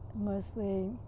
mostly